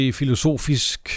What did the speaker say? filosofisk